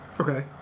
Okay